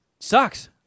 sucks